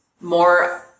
more